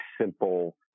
simple